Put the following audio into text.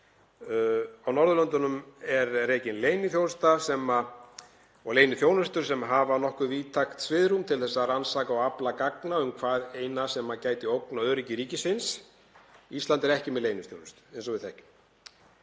Á Norðurlöndunum eru reknar leyniþjónustur sem hafa nokkuð víðtækt svigrúm til að rannsaka og afla gagna um hvaðeina sem gæti ógnað öryggi ríkisins. Ísland er ekki með leyniþjónustu eins og við þekkjum.